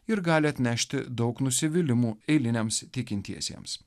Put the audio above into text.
ir gali atnešti daug nusivylimų eiliniams tikintiesiems